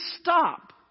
stop